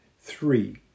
Three